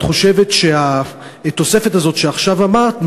מתי את חושבת שהתוספת הזאת שעכשיו אמרת,